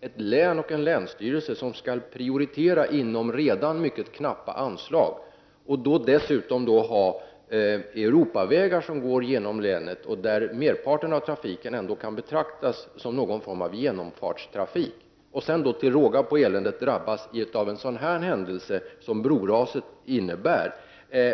Ett län och en länsstyrelse som skall prioritera inom redan mycket knappa anslag och som dessutom har Europavägar som går igenom länet och där merparten av trafiken kan betraktas som någon form av genomfartstrafik, och man till råga på allt elände drabbas av sådan händelse som ett broras,